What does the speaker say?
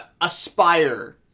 aspire